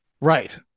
Right